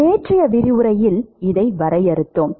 நேற்றைய விரிவுரையில் இதை வரையறுத்தோம்